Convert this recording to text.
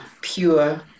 pure